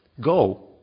go